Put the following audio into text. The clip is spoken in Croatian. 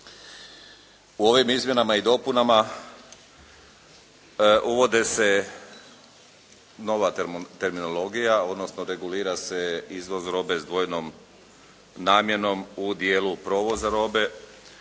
U ovim izmjenama i dopunama uvodi se nova terminologija odnosno regulira se izvoz robe s dvojnom namjenom u dijelu provoza robe.